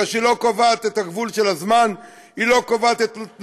כאשר היא לא קובעת את הגבול של הזמן,